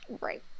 right